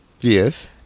Yes